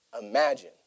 imagine